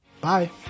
Bye